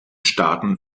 staaten